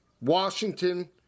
Washington